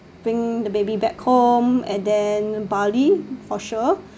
bring the baby back home and then bali for sure